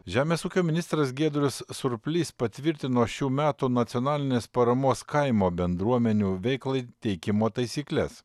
žemės ūkio ministras giedrius surplys patvirtino šių metų nacionalinės paramos kaimo bendruomenių veiklai teikimo taisykles